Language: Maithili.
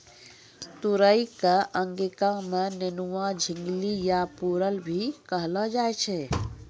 तुरई कॅ अंगिका मॅ नेनुआ, झिंगली या परोल भी कहलो जाय छै